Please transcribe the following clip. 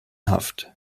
haft